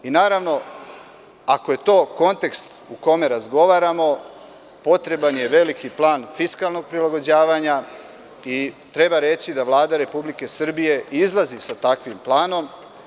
Naravno, ako je to kontekst u kome razgovaramo, potreban je veliki plan fiskalnog prilagođavanja i treba reći da Vlada Republike Srbije izlazi sa takvim planom.